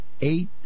eight